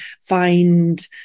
find